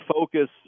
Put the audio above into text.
focus